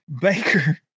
Baker